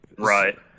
Right